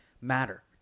matter